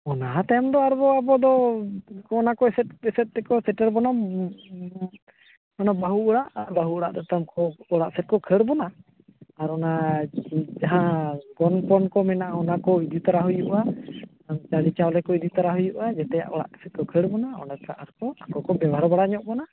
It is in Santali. ᱚᱱᱟ ᱛᱟᱭᱚᱢ ᱫᱚ ᱟᱨ ᱟᱵᱚᱫᱚ ᱚᱱᱟ ᱠᱚ ᱮᱥᱮᱫ ᱮᱥᱮᱫ ᱛᱮᱠᱚ ᱥᱮᱴᱮᱨ ᱵᱚᱱᱟ ᱵᱟᱦᱩ ᱚᱲᱟᱜ ᱟᱨ ᱵᱟᱦᱩ ᱚᱲᱟᱜ ᱡᱚᱛᱚᱢ ᱠᱚ ᱚᱲᱟᱜ ᱛᱮᱠᱚ ᱠᱷᱟᱹᱲ ᱵᱚᱱᱟ ᱟᱨ ᱚᱱᱟ ᱡᱟᱦᱟᱸ ᱜᱚᱱᱯᱚᱱ ᱠᱚ ᱢᱮᱱᱟᱜᱼᱟ ᱚᱱᱟᱠᱚ ᱤᱫᱤᱛᱚᱨᱟ ᱦᱩᱭᱩᱜᱼᱟ ᱦᱟᱺᱰᱤ ᱪᱟᱣᱞᱮ ᱠᱚ ᱤᱫᱤᱛᱚᱨᱟ ᱦᱩᱭᱩᱜᱼᱟ ᱚᱲᱟᱜ ᱥᱮᱫ ᱠᱚ ᱠᱷᱟᱹᱲ ᱵᱚᱱᱟ ᱚᱸᱰᱮ ᱠᱷᱚᱱ ᱟᱠᱚ ᱠᱚ ᱵᱮᱣᱦᱟᱨ ᱵᱟᱲᱟ ᱧᱚᱜ ᱵᱚᱱᱟ